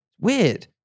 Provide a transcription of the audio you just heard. Weird